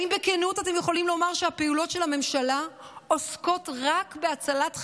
האם אתם יכולים לומר בכנות שהפעילויות של הממשלה עוסקות רק בהצלת חייהם?